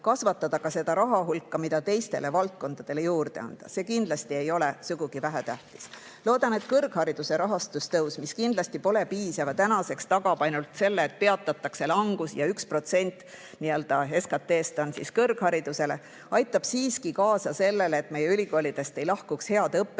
kasvatada seda raha hulka, mida saab teistele valdkondadele juurde anda. See ei ole sugugi vähetähtis. Loodan, et kõrghariduse rahastamise tõus, mis kindlasti pole piisav ja tagab ainult selle, et peatatakse langus ja et 1% SKT‑st läheks kõrgharidusele, aitab siiski kaasa sellele, et meie ülikoolidest ei lahkuks head õppejõud